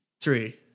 three